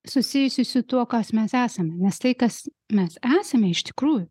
susijusi su tuo kas mes esame nes tai kas mes esame iš tikrųjų